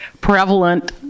prevalent